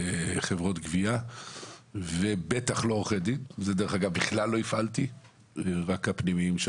חברות גבייה ובטח לא עורכי דין למעט הפנימיים של